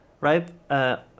right